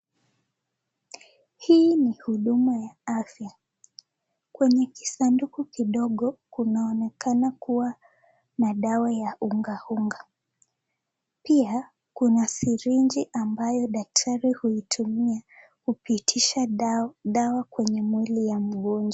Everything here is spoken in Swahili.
Hii ni huduma ya afya kwenye kisanduku kidogo kunaonekana kuwa na dawa ya unga unga. Pia kuna sirinji ambayo daktari huitumia kupitisha dawa kwenye mwili ya mgonjwa.